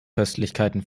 köstlichkeiten